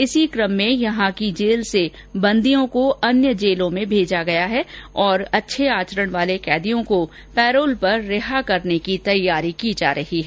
इसी कम में यहां की जेल से बंदियों को अन्य जेलों में भेजा गया है और अच्छे आचरण वाले कैदियों को पैरोल पर रिहा करने की तैयारी की जा रही है